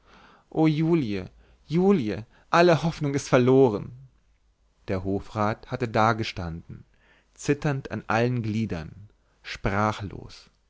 o julie julie alle hoffnung ist verloren der hofrat hatte dagestanden zitternd an allen gliedern sprachlos